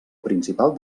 principal